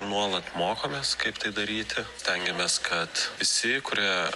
nuolat mokomės kaip tai daryti stengiamės kad visi kurie